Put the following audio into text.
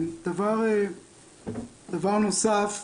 דבר נוסף,